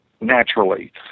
naturally